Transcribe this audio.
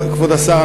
כבוד השר,